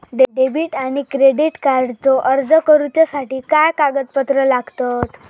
Debit आणि credit कार्डचो अर्ज करुच्यासाठी काय कागदपत्र लागतत?